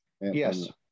Yes